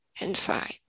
inside